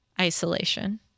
isolation